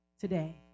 today